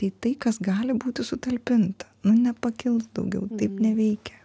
į tai kas gali būti sutalpinta nu nepakils daugiau taip neveikia